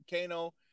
Kano